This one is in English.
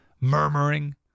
murmuring